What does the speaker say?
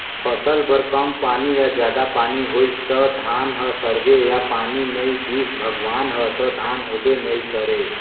फसल बर कम पानी या जादा पानी होइस त धान ह सड़गे या पानी नइ दिस भगवान ह त धान होबे नइ करय